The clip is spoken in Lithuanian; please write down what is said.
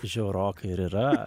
žiaurokai ir yra